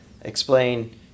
explain